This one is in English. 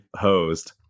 hosed